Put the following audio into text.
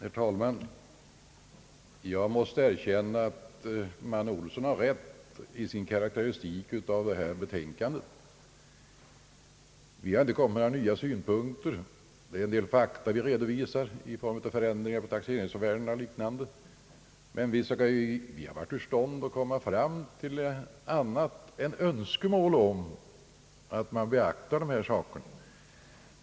Herr talman! Jag måste erkänna att herr Manne Olsson har rätt i sin karakteristik av detta betänkande. Vi har inte anfört några nya synpunkter. Det är en del fakta som redovisas i form av ändring av taxeringsvärdena m.m., men vi har varit ur stånd att komma fram till annat än önskemål om att man beaktar dessa fakta.